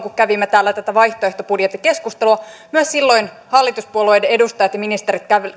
kun kävimme täällä tätä vaihtoehtobudjettikeskustelua myös silloin hallituspuolueiden edustajat ja ministerit